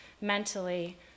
mentally